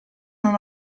non